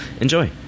enjoy